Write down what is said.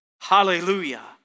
Hallelujah